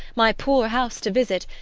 my poor house to visit,